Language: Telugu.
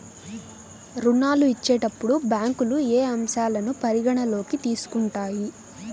ఋణాలు ఇచ్చేటప్పుడు బ్యాంకులు ఏ అంశాలను పరిగణలోకి తీసుకుంటాయి?